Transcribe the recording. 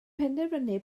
penderfynu